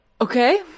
Okay